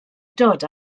dod